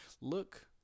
look